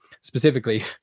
specifically